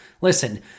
Listen